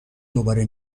دوباره